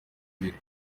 ibiri